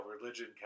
religion